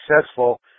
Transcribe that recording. successful